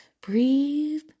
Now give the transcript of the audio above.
Breathe